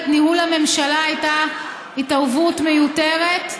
בניהול הממשלה הייתה התערבות מיותרת,